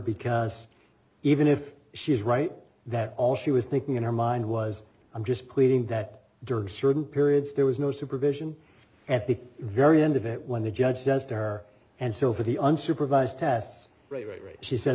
because even if she is right that all she was thinking in her mind was i'm just quitting that during certain periods there was no supervision at the very end of it when the judge says to her and so for the unsupervised tests right right right she s